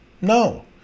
No